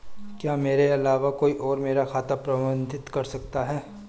क्या मेरे अलावा कोई और मेरा खाता प्रबंधित कर सकता है?